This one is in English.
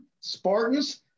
Spartans